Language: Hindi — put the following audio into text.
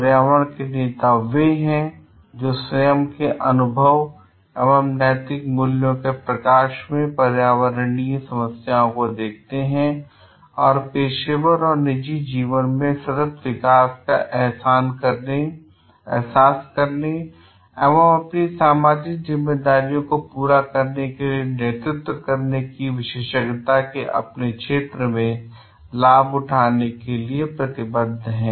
पर्यावरण के नेता वे हैं जो अपने स्वयं के अनुभव और नैतिक मूल्यों के प्रकाश में पर्यावरणीय समस्याओं को देखते हैं और पेशेवर और निजी जीवन में सतत विकास का एहसास करने और अपनी सामाजिक जिम्मेदारियों को पूरा करने के लिए नेतृत्व करने के लिए विशेषज्ञता के अपने क्षेत्र का लाभ उठाने के लिए प्रतिबद्ध हैं